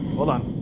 hold on.